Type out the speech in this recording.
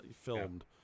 filmed